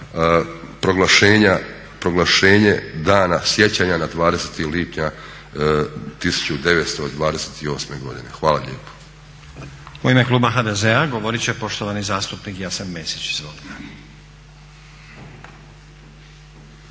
proglašenje dana sjećanja na 20. lipnja 1928. godine. Hvala lijepo. **Stazić, Nenad (SDP)** U ime kluba HDZ-a govorit će poštovani zastupnik Jasen Mesić. Izvolite.